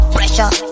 Pressure